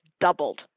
doubled